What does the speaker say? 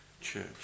Church